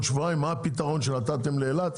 שבועיים תגידו לנו מה הפתרון שנתתם לאילת,